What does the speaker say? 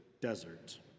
desert